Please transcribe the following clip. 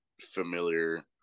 familiar